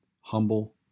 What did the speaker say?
humble